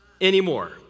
anymore